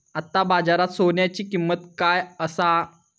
आता बाजारात सोन्याची किंमत काय असा?